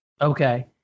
Okay